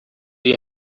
you